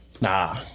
Nah